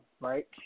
right